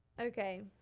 Okay